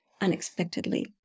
unexpectedly